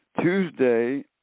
Tuesday